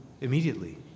Immediately